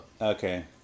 Okay